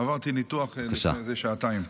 עברתי ניתוח לפני כשעתיים.